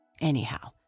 Anyhow